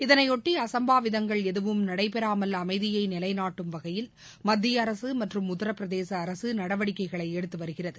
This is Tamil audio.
இதனைபொட்டி அசம்பாவிதங்கள் எதுவும் நடைபெறாமல் அமைதியைநிலைநாட்டும் வகையில் மத்தியஅரசுமற்றும் உத்தரப்பிரதேசஅரசும் நடவடிக்கைஎடுத்துவருகிறது